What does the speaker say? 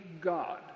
God